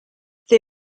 they